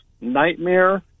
nightmare